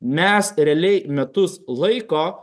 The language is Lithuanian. mes realiai metus laiko